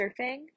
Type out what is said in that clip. surfing